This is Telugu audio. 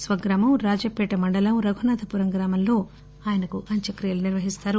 స్వగ్రామం రాజపేట మండలం రఘునాదపురం గ్రామంలో ఆయనకు అంత్యక్రియలు నిర్వహిస్తారు